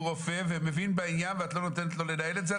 הוא רופא והוא מבין בעניין ואת לא נותנת לו לנהל את זה,